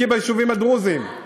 תבדקי ביישובים הדרוזיים.